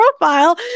profile